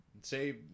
Say